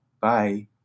bye